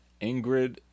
ingrid